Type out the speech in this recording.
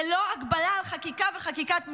ללא הגבלה, על חקיקה וחקיקת משנה.